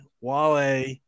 Wale